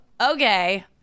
okay